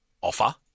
offer